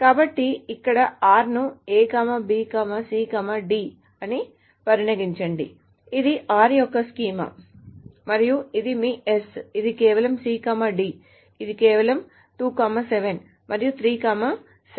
కాబట్టి ఇక్కడ r ను A B C D అని పరిగణించండి ఇది r యొక్క స్కీమా మరియు ఇది మీ s ఇది కేవలం C D ఇది కేవలం 2 7 మరియు 3 7